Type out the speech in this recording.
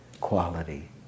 quality